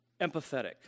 empathetic